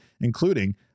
including